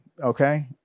Okay